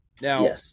Now